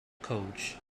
coach